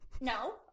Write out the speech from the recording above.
No